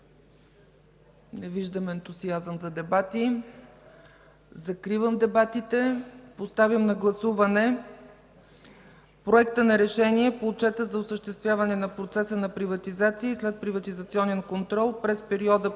Не виждам ентусиазъм за дебати. Закривам дебатите. Поставям на гласуване Проекта на решение по Отчета за осъществяване на процеса на приватизация и следприватизационен контрол през периода 1